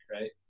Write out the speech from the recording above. Right